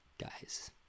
guys